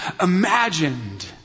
imagined